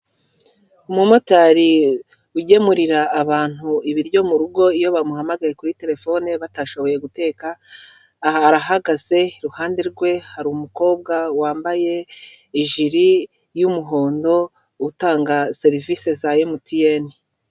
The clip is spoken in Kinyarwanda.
Umumotari ugemurira abantu ibiryo mu rugo iyo bamuhamagaye kuri terefone batashoboye guteka, ahahagaze iruhande rwe hari umukobwa wambaye ijire y'umuhondo utanga serivisi za MTN.